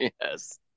yes